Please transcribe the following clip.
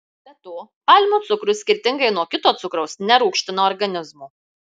be to palmių cukrus skirtingai nuo kito cukraus nerūgština organizmo